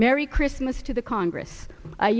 merry christmas to the congress i